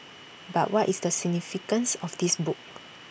but what is the significance of this book